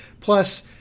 Plus